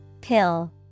Pill